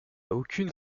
aucune